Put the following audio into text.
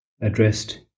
addressed